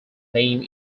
name